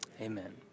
amen